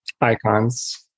Icons